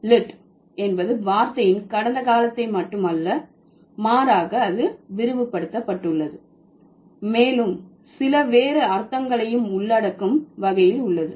lid என்பது வார்த்தையின் கடந்த காலத்தை மட்டும் அல்ல மாறாக அது விரிவுபடுத்தப்பட்டுள்ளது மேலும் சில வேறு அர்த்தங்களையும் உள்ளடக்கும் வகையில் உள்ளது